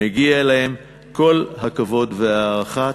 מגיעים להם כל הכבוד והערכה.